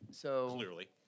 clearly